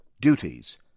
duties